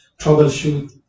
troubleshoot